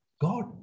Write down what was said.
God